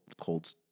cold